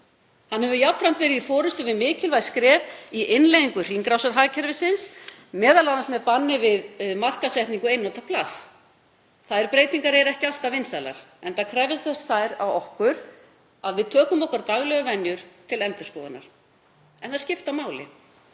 hefur jafnframt verið í forystu við mikilvæg skref í innleiðingu hringrásarhagkerfisins, meðal annars með banni við markaðssetningu einnota plasts. Þær breytingar eru ekki alltaf vinsælar, enda krefjast þær þess af okkur að við tökum okkar daglegu venjur til endurskoðunar. En þær skipta máli,